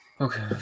Okay